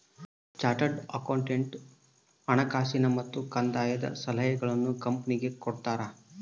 chartered accountant ಹಣಕಾಸಿನ ಮತ್ತು ಕಂದಾಯದ ಸಲಹೆಗಳನ್ನು ಕಂಪನಿಗೆ ಕೊಡ್ತಾರ